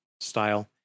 style